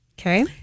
Okay